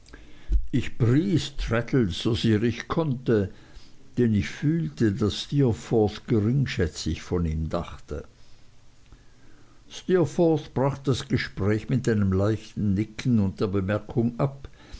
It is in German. ich konnte denn ich fühlte daß steerforth geringschätzig von ihm dachte steerforth brach das gespräch mit einem leichten nicken und der bemerkung ab